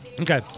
Okay